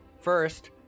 First